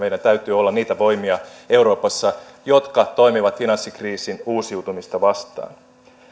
meidän täytyy olla niitä voimia euroopassa jotka toimivat finanssikriisin uusiutumista vastaan